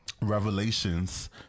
revelations